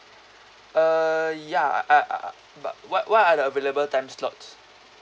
uh ya I I uh but what what are the available time slot